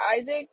Isaac